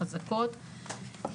חזקות,